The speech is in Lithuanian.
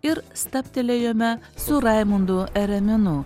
ir stabtelėjome su raimundu ereminu